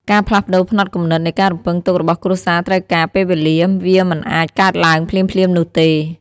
ការផ្លាស់ប្តូរផ្នត់គំនិតនៃការរំពឹងទុករបស់គ្រួសារត្រូវការ ពេលវេលា វាមិនអាចកើតឡើងភ្លាមៗនោះទេ។